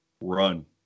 run